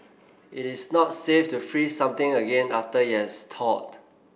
it is not safe to freeze something again after it has thawed